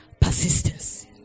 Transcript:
persistence